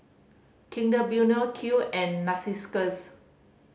Kinder Bueno Qoo and Narcissus